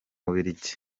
bubirigi